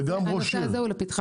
וגם ראש עיר --- הנושא הזה הוא לפתחה,